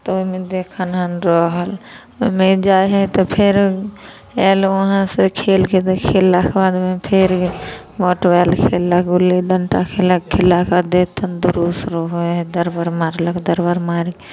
तऽ ओहिमे देह खनहन रहल ओहिमे जाय हइ तऽ फेर आयल वहांँ से खेलके तऽ खेललाके बादमे फेर गेल बॉट बैल खेललक गुल्ली डंटा खेललक खेललाके बाद देह तन्दुरुस रहऽ हइ दरबर मारलक दरबर मारके